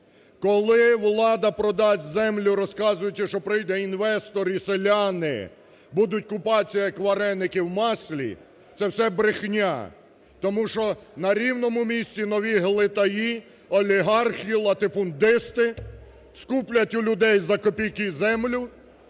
Коли влада продасть землю, розказуючи, що прийде інвестор і селяни будуть купатися, як вареники, в маслі, це все брехня, тому що на рівному місці нові глитаї, олігархи, латифундисти скуплять у людей за копійки землю,